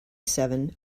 seven